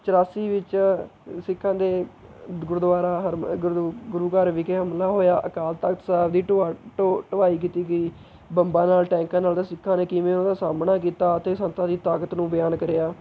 ਚੌਰਾਸੀ ਵਿੱਚ ਸਿੱਖਾਂ ਦੇ ਗੁਰਦੁਆਰਾ ਹਰਮੰ ਗੁਰੂ ਗੁਰੂ ਘਰ ਵਿਖੇ ਹਮਲਾ ਹੋਇਆ ਅਕਾਲ ਤਖਤ ਸਾਹਿਬ ਦੀ ਢਹਾ ਢੋ ਢਹਾਈ ਕੀਤੀ ਗਈ ਬੰਬਾਂ ਨਾਲ ਟੈਂਕਾਂ ਨਾਲ ਤਾਂ ਸਿੱਖਾਂ ਨੇ ਕਿਵੇਂ ਉਹਨਾਂ ਦਾ ਸਾਹਮਣਾ ਕੀਤਾ ਅਤੇ ਸੰਤਾਂ ਦੀ ਤਾਕਤ ਨੂੰ ਬਿਆਨ ਕਰਿਆ